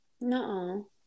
No